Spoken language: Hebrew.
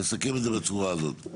אני אסכם את זה בצורה הזאת.